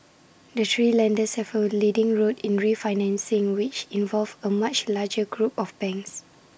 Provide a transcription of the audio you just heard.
the three lenders have A leading role in refinancing which involve A much larger group of banks